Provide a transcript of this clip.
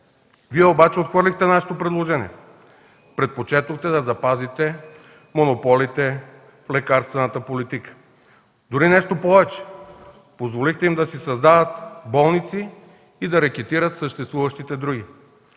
Вие обаче отхвърлихте нашето предложение – предпочетохте да запазите монополите в лекарствената политика. Дори нещо повече – позволихте им да създават болници и да рекетират съществуващите други.